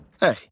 Hey